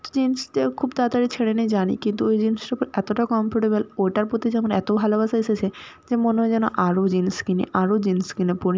তো জিন্সটা খুব তাড়াতাড়ি ছেঁড়ে নি জানি কিন্তু ওই জিন্সটা পরে এতোটা কমফোর্টেবল ওটার প্রতি যে আমার এতো ভালোবাসা এসেছে যে মনে হয় যেন আরও জিন্স কিনি আরও জিন্স কিনে পরি